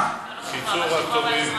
המאמץ של כולנו חייב להתחיל עוד במערכת